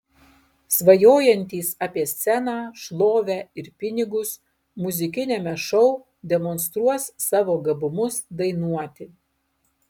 svajojantys apie sceną šlovę ir pinigus muzikiniame šou demonstruos savo gabumus dainuoti